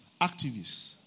activists